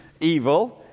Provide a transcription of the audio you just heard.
evil